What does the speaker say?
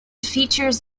features